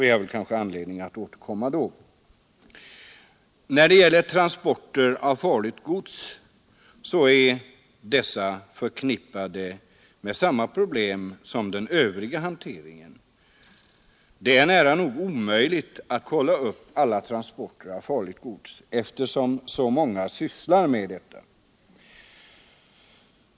Vi kanske då får anledning att återkomma till saken. Transporter av farligt gods är förknippade med samma problem som den övriga hanteringen av sådant gods. Det är nära nog omöjligt att kolla alla transporter av farligt gods, eftersom så många sysslar med sådana.